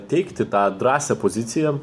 teikti tą drąsią poziciją